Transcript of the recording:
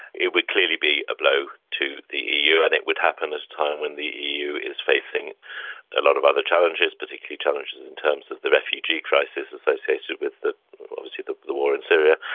it would clearly be a blow to the eu, and it would happen at a time when the eu is facing a lot of other challenges, particularly challenges in terms of the refugee crisis associated with obviously the the war in syria.